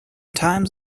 times